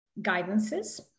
guidances